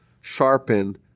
sharpen